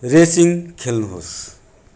racing खेल्नुहोस्